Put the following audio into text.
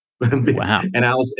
Wow